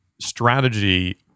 strategy